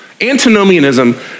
antinomianism